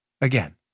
again